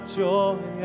joy